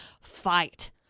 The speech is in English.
fight